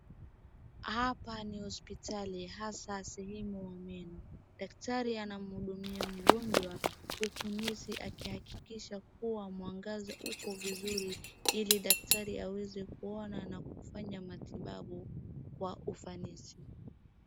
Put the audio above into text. Hapa ni hospitali, hasa sehemu ya meno. Daktari anamhudumia mgonjwa huku nisi akihakikisha kuwa mwangazi uko vizuri ili daktari aweze kuona na kufanya matibabu kwa ufanisi.